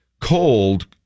cold